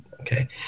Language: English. okay